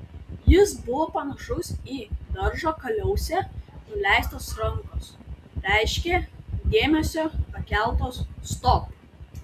jis buvo panašus į daržo kaliausę nuleistos rankos reiškė dėmesio pakeltos stop